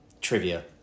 trivia